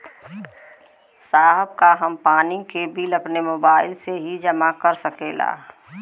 साहब का हम पानी के बिल अपने मोबाइल से ही जमा कर सकेला?